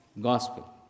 gospel